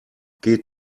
geht